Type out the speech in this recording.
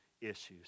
issues